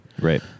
Right